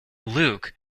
luke